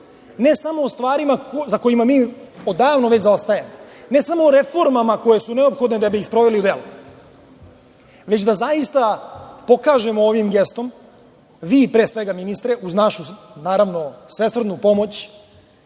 ne samo o stvarima u kojima mi već odavno zaostajemo, ne samo o reformama koje su neophodne da bi ih sproveli u delo, već da zaista pokažemo ovim gestom, vi pre svega ministre, uz našu svesrdnu pomoć,